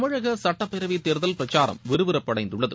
தமிழக சட்டப்பேரவைத் தேர்தல் பிரச்சாரம் விறுவிறுப்படைந்துள்ளது